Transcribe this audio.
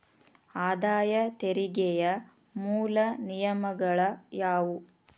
ಆದಾಯ ತೆರಿಗೆಯ ಮೂಲ ನಿಯಮಗಳ ಯಾವು